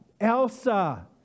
Elsa